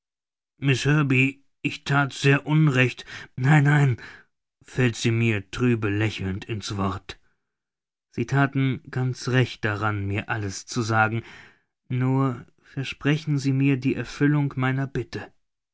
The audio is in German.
ich that sehr unrecht nein nein fällt sie mir trübe lächelnd in's wort sie thaten ganz recht daran mir alles zu sagen nur versprechen sie mir die erfüllung meiner bitte